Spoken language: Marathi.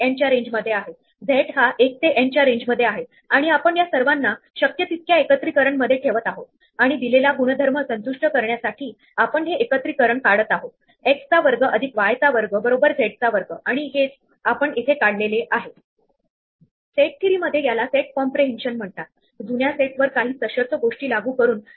कारण आपण क्वीन ऍड करत जातो आणि त्यांना काढत जातो आपल्याला हे प्रभावीपणे करण्यासाठी स्टॅक वर नवीनतम क्वीन पुश केली पाहिजे जेणेकरून जेव्हा आपण बॅक ट्रॅक करतो तेव्हा आपण हे पॉप करू शकतो आणि शेवटचा मुव्ह घालवू शकतो